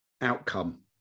outcome